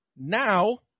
Now